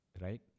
right